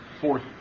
fourth